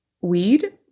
weed